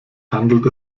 handelt